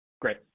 Great